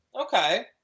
Okay